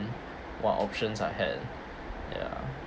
what options I had ya